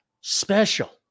special